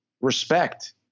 respect